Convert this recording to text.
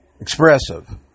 expressive